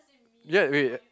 yet wait